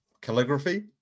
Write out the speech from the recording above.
Calligraphy